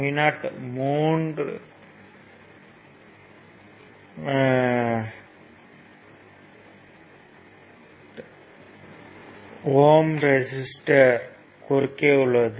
Vo 3 ஓம் ரெசிஸ்டர்யின் குறுக்கே உள்ளது